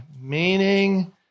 Meaning